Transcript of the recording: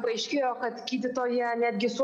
paaiškėjo kad gydytoja netgi su